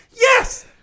yes